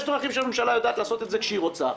יש דרכים שהממשלה יודעת לעשות את זה כאשר היא רוצה.